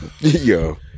Yo